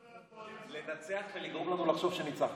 ואני רק רוצה לומר שאני מכיר את חבר